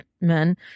men